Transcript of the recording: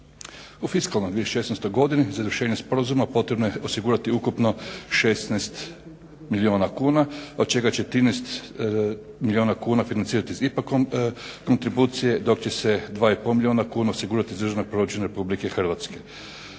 U fiskalnoj 2016. godini za izvršenje sporazuma potrebno je osigurati ukupno 16 milijuna kuna, od čega će 13 milijuna kuna financirati IPA kontribucije, dok će se 2,5 milijuna kuna osigurati iz državnog proračuna Republike Hrvatske.